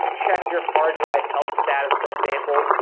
check your hard drive health status for example,